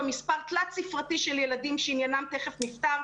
מספר תלת ספרתי של ילדים שעניינם טרם נפתר.